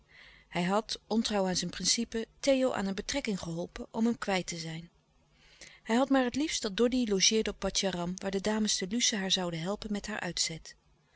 hij had ontrouw aan zijn principe theo aan een betrekking geholpen om hem kwijt te zijn hij had maar het liefst dat doddy logeerde op patjaram waar de dames de luce haar zouden helpen met haar uitzet